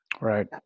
Right